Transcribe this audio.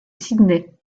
sydney